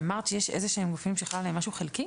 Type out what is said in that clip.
אמרת שיש איזה שהם גופים שחל עליהם משהו חלקי?